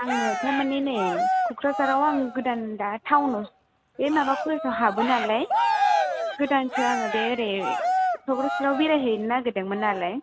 आंङो थारमानि नै क'कराझाराव आं गोदान दा टाउनाव बे माबा कलेजाव हाबोनालाय गोदानसो आङो बे ओरै चक्रसिलायाव बेरायहैनो नागेरदोंमोन नालाय